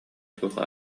суох